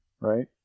right